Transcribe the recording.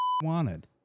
wanted